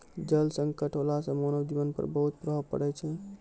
जल संकट होला सें मानव जीवन पर बहुत प्रभाव पड़ै छै